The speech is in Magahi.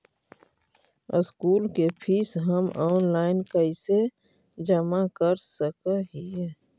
स्कूल के फीस हम ऑनलाइन कैसे जमा कर सक हिय?